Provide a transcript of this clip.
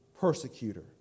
Persecutor